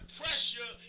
pressure